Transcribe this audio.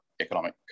economic